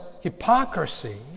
hypocrisy